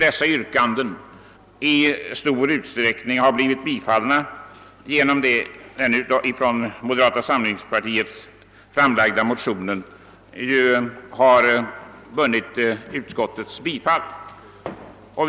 Dessa yrkanden har i stor utsträckning tillgodosetts genom att moderata samlingspartiets motion om undantagande av hushållsmaskiner från skattehöjningen tillstyrkts av utskottet.